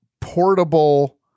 portable